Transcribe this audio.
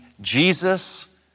Jesus